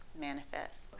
manifest